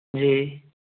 जी